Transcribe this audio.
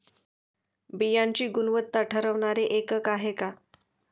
बियाणांची गुणवत्ता ठरवणारे एकक आहे का?